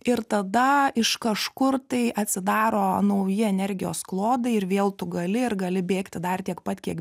ir tada iš kažkur tai atsidaro nauji energijos klodai ir vėl tu gali ir gali bėgti dar tiek pat kiek